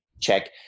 check